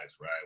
right